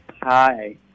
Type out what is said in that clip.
Hi